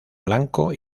blanco